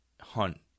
hunt